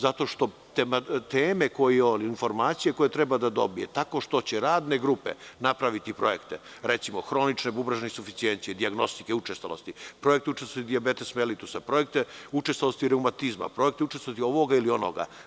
Teme koje on, informacije koje treba da dobije, tako što će radne grupe napraviti projekte, recimo, hronične, bubrežne insuficijencije, dijagnostike, učestalosti, projekat učestalosti dijabetes melitusa, projekte učestalosti reumatizma, projekte učestalosti ovoga ili onoga.